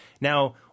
Now